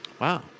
Wow